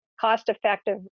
cost-effective